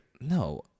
No